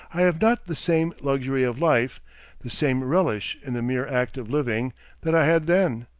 i have not the same luxury of life the same relish in the mere act of living that i had then.